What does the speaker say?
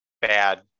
bad